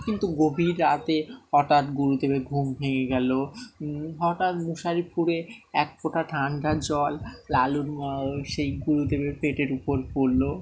কিন্তু গভীর রাতে হঠাৎ গুরুদেবেের ঘুম ভেঙে গেলো হঠাৎ মশারি পুরে এক ফোঁটা ঠান্ডা জল লালুর সেই গুরুদেবের পেটের উপর পড়লো